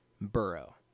Burrow